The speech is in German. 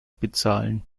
bezahlen